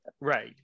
Right